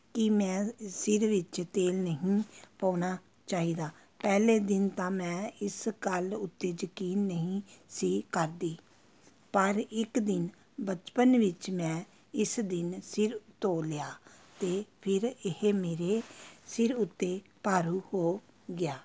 ਕਿ ਮੈਂ ਸਿਰ ਵਿੱਚ ਤੇਲ ਨਹੀਂ ਪਾਉਣਾ ਚਾਹੀਦਾ ਪਹਿਲੇ ਦਿਨ ਤਾਂ ਮੈਂ ਇਸ ਗੱਲ ਉੱਤੇ ਯਕੀਨ ਨਹੀਂ ਸੀ ਕਰਦੀ ਪਰ ਇੱਕ ਦਿਨ ਬਚਪਨ ਵਿੱਚ ਮੈਂ ਇਸ ਦਿਨ ਸਿਰ ਧੋ ਲਿਆ ਅਤੇ ਫਿਰ ਇਹ ਮੇਰੇ ਸਿਰ ਉੱਤੇ ਭਾਰੂ ਹੋ ਗਿਆ